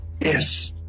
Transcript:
Yes